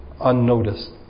unnoticed